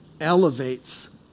elevates